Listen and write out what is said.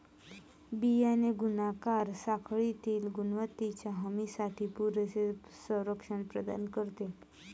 बियाणे गुणाकार साखळीतील गुणवत्तेच्या हमीसाठी पुरेसे संरक्षण प्रदान करते